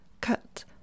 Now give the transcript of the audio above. cut